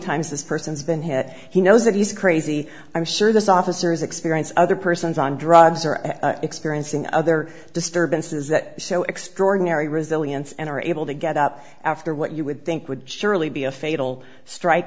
times this person's been hit he knows that he's crazy i'm sure this officer is experience other persons on drugs are experiencing other disturbances that so extraordinary resilience and are able to get up after what you would think would surely be a fatal strike